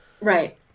right